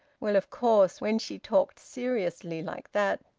well, of course, when she talked seriously like that,